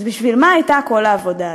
אז בשביל מה הייתה כל העבודה הזאת?